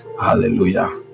Hallelujah